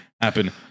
happen